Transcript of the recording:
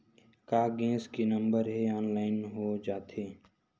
का गैस के नंबर ह ऑनलाइन हो जाथे?